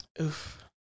Oof